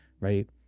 right